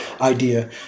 idea